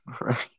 Right